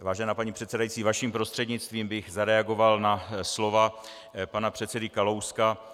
Vážená paní předsedající, vaším prostřednictvím bych zareagoval na slova pana předsedy Kalouska.